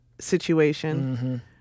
situation